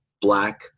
black